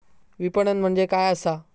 विपणन म्हणजे काय असा?